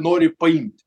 nori paimti